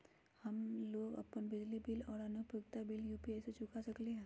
हम लोग अपन बिजली बिल और अन्य उपयोगिता बिल यू.पी.आई से चुका सकिली ह